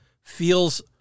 feels